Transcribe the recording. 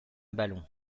ballon